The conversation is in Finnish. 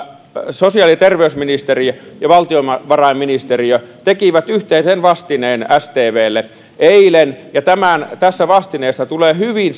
sosiaali ja terveysministeriö ja valtiovarainministeriö tekivät yhteisen vastineen stvlle eilen ja tässä vastineessa tulevat hyvin